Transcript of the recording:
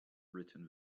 written